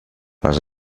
les